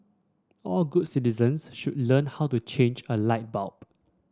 all good citizens should learn how to change a light bulb